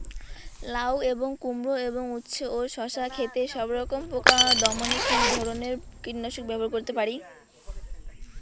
লাউ এবং কুমড়ো এবং উচ্ছে ও শসা ক্ষেতে সবরকম পোকা দমনে কী ধরনের কীটনাশক ব্যবহার করতে পারি?